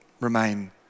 remain